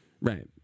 Right